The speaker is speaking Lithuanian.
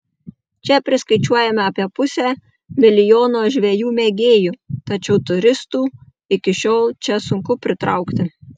čia priskaičiuojame apie pusę milijono žvejų mėgėjų tačiau turistų iki šiol čia sunku pritraukti